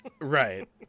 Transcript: right